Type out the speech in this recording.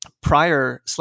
prior